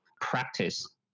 practice